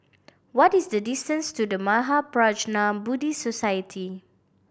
what is the distance to The Mahaprajna Buddhist Society